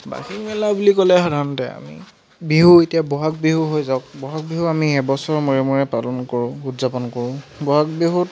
বাৰ্ষিক মেলা বুলি ক'লে সাধাৰণতে আমি বিহু এতিয়া বহাগ বিহু হৈ যাওক বহাগ বিহু আমি এবছৰৰ মূৰে মূৰে পালন কৰোঁ উদযাপন কৰোঁ বহাগ বিহুত